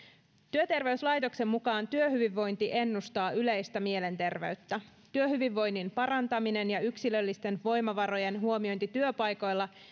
työterveyslaitoksen mukaan työhyvinvointi ennustaa yleistä mielenterveyttä työhyvinvoinnin parantaminen ja yksilöllisten voimavarojen huomiointi työpaikoilla